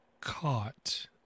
caught